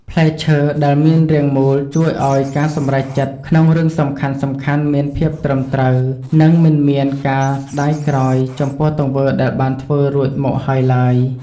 ផ្លែឈើដែលមានរាងមូលជួយឱ្យការសម្រេចចិត្តក្នុងរឿងសំខាន់ៗមានភាពត្រឹមត្រូវ និង មិនមានការស្ដាយក្រោយចំពោះទង្វើដែលបានធ្វើរួចមកហើយឡើយ។